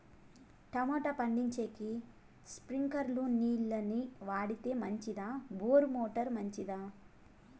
Tomato పండించేకి స్ప్రింక్లర్లు నీళ్ళ ని వాడితే మంచిదా బోరు మోటారు మంచిదా?